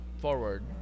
forward